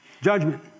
Judgment